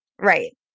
Right